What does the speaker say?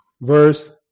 verse